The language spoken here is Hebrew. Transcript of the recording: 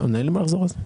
אין לי מה לחזור על זה.